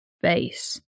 base